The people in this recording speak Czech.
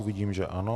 Vidím, že ano.